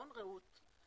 רעות, נכון?